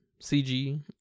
cg